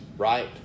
Right